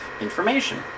information